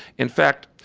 in fact,